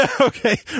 Okay